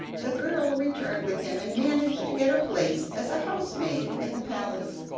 the girl returned with him and managed to get a place as housemaid in the palace.